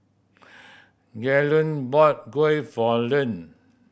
Galen bought kuih for Lem